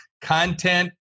content